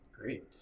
Great